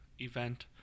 event